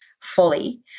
fully